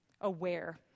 Aware